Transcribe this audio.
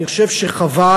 אני חושב שחבל.